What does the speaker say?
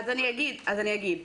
כן, תסבירי.